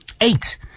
eight